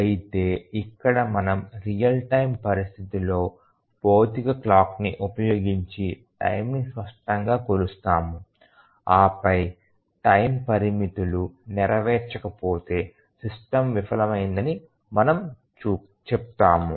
అయితే ఇక్కడ మనం రియల్ టైమ్ పరిస్థితిలో భౌతిక క్లాక్ని ఉపయోగించి టైమ్ ని స్పష్టంగా కొలుస్తాము ఆపై టైమ్ పరిమితులు నెరవేర్చకపోతే సిస్టమ్ విఫలమైందని మనము చెప్తాము